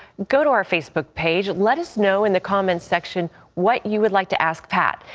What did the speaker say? go to our facebook page. let us know in the comment section what you would like to ask pat.